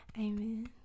Amen